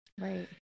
Right